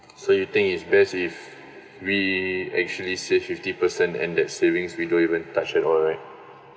so you think it's best if we actually save fifty percent and that savings we don't even touch at all right